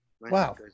wow